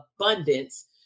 abundance